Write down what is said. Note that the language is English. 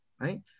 right